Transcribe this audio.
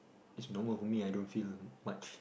is normal for me I don't feel much